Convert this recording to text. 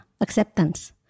acceptance